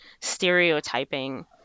stereotyping